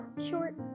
short